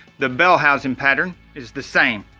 the bell-housing pattern is the same